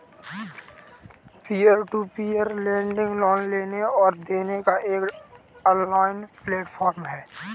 peer to peer lending loan लेने और देने का एक ऑनलाइन प्लेटफ़ॉर्म है